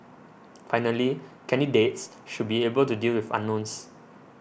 finally candidates should be able to deal with unknowns